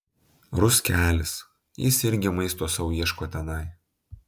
ruskelis jis irgi maisto sau ieško tenai